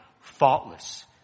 Faultless